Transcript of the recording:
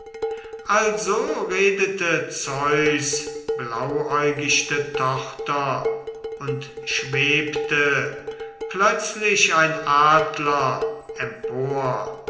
also redete zeus blauäugichte tochter und schwebte plötzlich ein adler empor